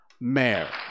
mayor